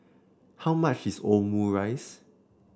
how much is Omurice